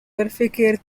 berfikir